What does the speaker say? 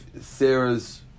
Sarah's